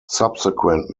subsequent